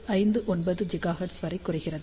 59 gigahertz வரை குறைகிறது